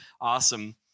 Awesome